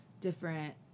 different